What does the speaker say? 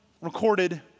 recorded